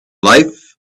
life